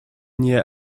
near